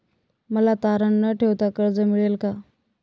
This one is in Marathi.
मला तारण न ठेवता कर्ज मिळेल का?